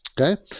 Okay